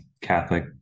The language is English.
Catholic